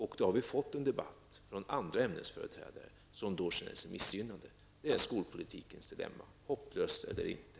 Vi har fått en debatt från andra ämnesföreträdare som känner sig missgynnade. Det är skolpolitikens dilemma, hopplöst eller inte.